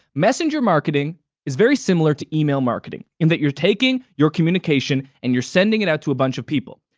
messenger marketing is very similar to email marketing in that you're taking your communication, and you're sending it out to a bunch of people.